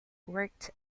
worked